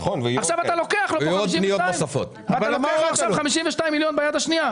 עכשיו אתה לוקח לו 52 מיליון שקלים ביד השנייה.